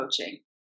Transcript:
coaching